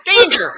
Danger